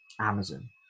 Amazon